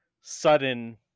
sudden